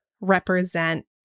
represent